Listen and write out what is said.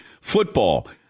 Football